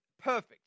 perfect